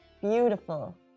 beautiful